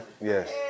Yes